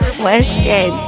question